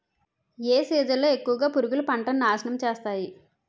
ఏ season లో ఎక్కువుగా పురుగులు పంటను నాశనం చేస్తాయి?